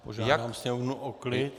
Požádám sněmovnu o klid.